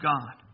God